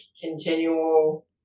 continual